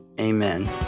Amen